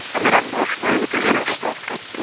i mean i'm more familiar with the emo stuff but